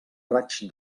raig